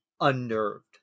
unnerved